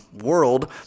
world